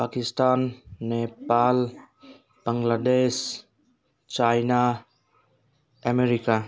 Pakistan Nepal Bangladesh China America